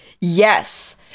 Yes